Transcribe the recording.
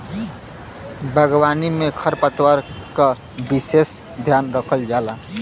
बागवानी में खरपतवार क विसेस ध्यान रखल जाला